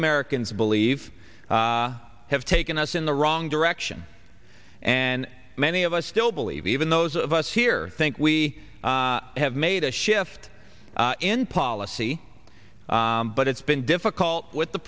americans believe have taken us in the wrong direction and many of us still believe even those of us here think we have made a shift in policy but it's been difficult with the